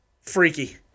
Freaky